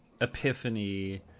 epiphany